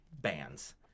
bands